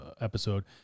episode